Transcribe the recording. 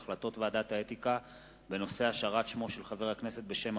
החלטות ועדת האתיקה בנושא השארת שמו של חבר הכנסת בשם